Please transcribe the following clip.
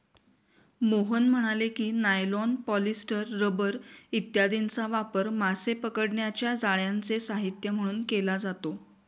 मोहन म्हणाले की, nylon, polyester, rubber इत्यादींचा वापर मासे पकडण्याच्या जाळ्यांचे साहित्य म्हणून केला जातो